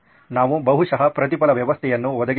ನಾವು ಬಹುಶಃ ಪ್ರತಿಫಲ ವ್ಯವಸ್ಥೆಯನ್ನು ಒದಗಿಸಬಹುದು